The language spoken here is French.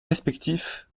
respectif